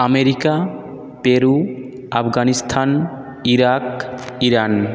America Peru Afghanistan Iraq Iran